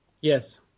Yes